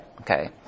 Okay